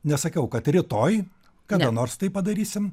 nesakiau kad rytoj kada nors tai padarysim